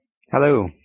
Hello